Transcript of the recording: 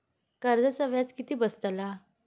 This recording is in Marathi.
कर्जाचा व्याज किती बसतला?